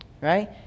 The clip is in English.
right